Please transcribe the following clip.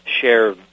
share